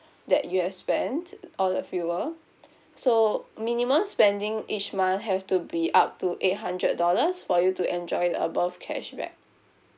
that you have spent all the fuel so minimum spending each month have to be up to eight hundred dollars for you to enjoy the above cashback